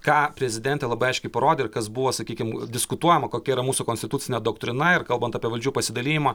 ką prezidentė labai aiškiai parodė ir kas buvo sakykim diskutuojama kokia yra mūsų konstitucinė doktrina ir kalbant apie valdžių pasidalijimą